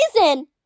reason